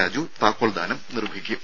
രാജു താക്കോൽദാനം നിർവ്വഹിക്കും